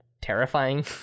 terrifying